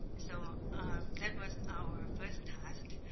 so that was our first task.